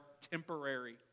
temporary